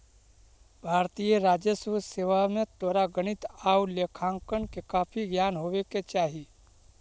भारतीय राजस्व सेवा में तोरा गणित आउ लेखांकन के काफी ज्ञान होवे के चाहि